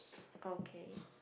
okay